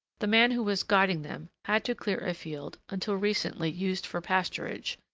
the man who was guiding them had to clear a field until recently used for pasturage,